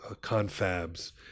confabs